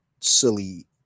silly